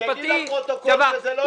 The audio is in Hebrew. שיגיד לפרוטוקול שזה לא הסכם קואליציוני.